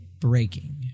breaking